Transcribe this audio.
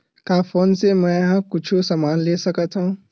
का फोन से मै हे कुछु समान ले सकत हाव का?